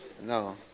No